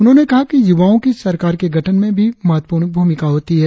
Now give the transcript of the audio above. उन्होंने कहा कि युवाओ की सरकार के गठन में भी महत्वपूर्ण भूमिका होती है